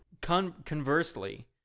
Conversely